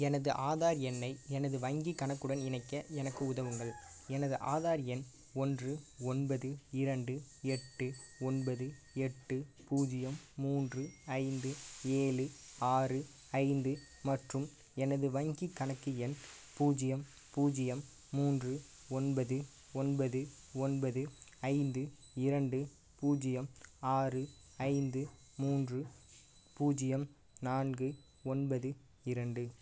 எனது ஆதார் எண்ணை எனது வங்கிக் கணக்குடன் இணைக்க எனக்கு உதவுங்கள் எனது ஆதார் எண் ஒன்று ஒன்பது இரண்டு எட்டு ஒன்பது எட்டு பூஜ்ஜியம் மூன்று ஐந்து ஏழு ஆறு ஐந்து மற்றும் எனது வங்கிக் கணக்கு எண் பூஜ்ஜியம் பூஜ்ஜியம் மூன்று ஒன்பது ஒன்பது ஒன்பது ஐந்து இரண்டு பூஜ்ஜியம் ஆறு ஐந்து மூன்று பூஜ்ஜியம் நான்கு ஒன்பது இரண்டு